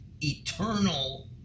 eternal